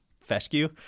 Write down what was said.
fescue